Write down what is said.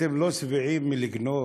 אתם לא שבעים מלגנוב,